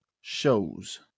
shows